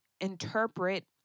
interpret